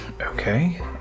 Okay